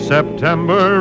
September